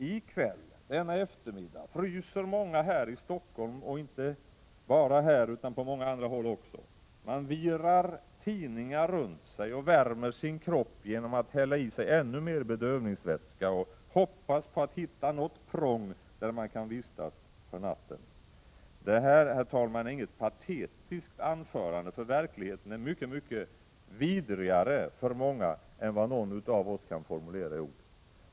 I kväll, denna eftermiddag, fryser många här i Stockholm, och också på många andra håll. Man virar tidningar runt sig och värmer sin kropp genom att hälla i sig ännu mer bedövningsvätska och hoppas på att hitta något prång där man kan vistas för natten. Detta, herr talman, är inget patetiskt anförande, för verkligheten är mycket vidrigare för många än vad någon av oss kan formulera i ord.